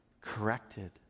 corrected